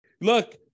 Look